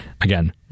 again